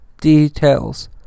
details